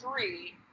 three